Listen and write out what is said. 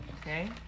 okay